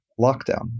lockdown